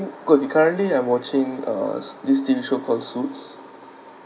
could be currently I'm watching uh s~ this T_V show called suits